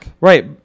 Right